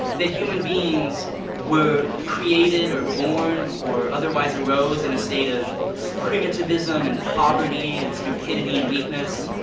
that human beings were created, or born, or otherwise arose in a state of primitivism and poverty and stupidity and weakness,